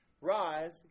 rise